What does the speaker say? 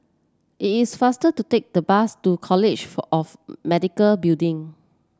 it is faster to take the bus to College of Medical Building